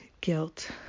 guilt